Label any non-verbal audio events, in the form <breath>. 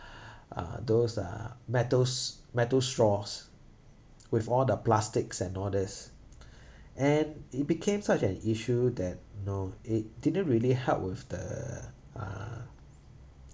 <breath> uh those uh metals metal straws with all the plastics and all this <breath> and it became such an issue that know it didn't really help with the uh